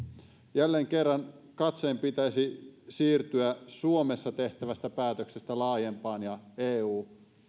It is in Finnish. jälleen kerran katseen pitäisi siirtyä suomessa tehtävästä päätöksestä laajempaan ja eu